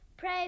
Pray